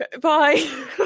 Bye